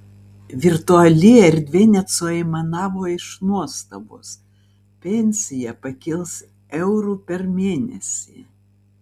virtuali erdvė net suaimanavo iš nuostabos pensija pakils euru per mėnesį